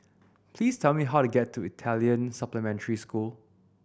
please tell me how to get to Italian Supplementary School